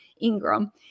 Ingram